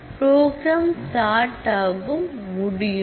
program start ஆகும் முடியும்